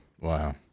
Wow